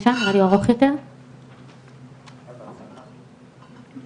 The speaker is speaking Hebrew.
זו באמת הפעם הראשונה שנערך דיון כזה,